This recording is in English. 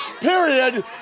period